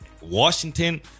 Washington